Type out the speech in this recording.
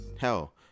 Hell